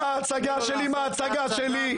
הצגה שלי, מה הצגה שלי.